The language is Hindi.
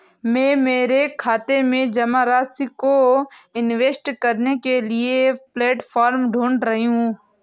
मैं मेरे खाते में जमा राशि को इन्वेस्ट करने के लिए प्लेटफॉर्म ढूंढ रही हूँ